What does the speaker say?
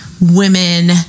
women